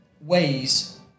ways